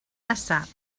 nesaf